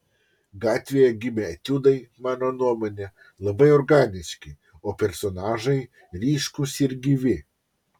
gatvėje gimę etiudai mano nuomone labai organiški o personažai ryškūs ir gyvi